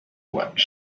watch